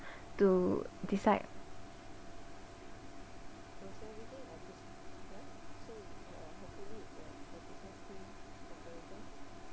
to decide